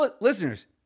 Listeners